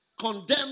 condemned